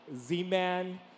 Z-Man